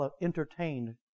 entertained